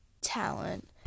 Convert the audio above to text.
talent